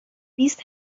بیست